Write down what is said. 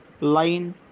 line